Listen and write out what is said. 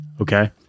Okay